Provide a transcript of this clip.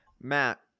Matt